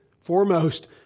foremost